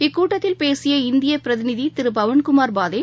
இக்கூட்டத்தில் பேசிய இந்திய பிரதிநதி திரு பவன்குமார் பாதே